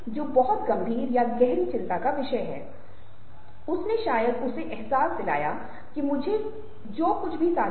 मैं बहुत बहुत ही गैर तकनीकी तरह से बताऊंगा अथवा तकनीकी मुद्दों पर नहीं जाऊंगा